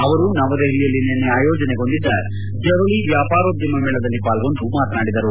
ಅವರು ನವದೆಹಲಿಯಲ್ಲಿ ನಿನ್ನೆ ಆಯೋಜನೆಗೊಂಡಿದ್ದ ಜವಳಿ ವ್ಯಾಪಾರೋದ್ಯಮ ಮೇಳದಲ್ಲಿ ಪಾಲ್ಗೊಂಡು ಮಾತನಾಡಿದರು